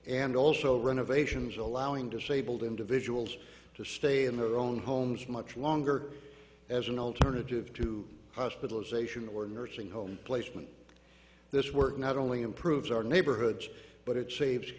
and also renovations allowing disabled individuals to stay in their own homes much longer as an alternative to hospitalization or nursing home placement this work not only improves our neighborhoods but it save